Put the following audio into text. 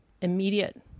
immediate